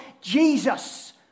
Jesus